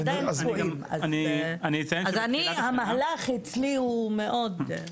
אז ה"מהלך" אצלי הוא מאוד...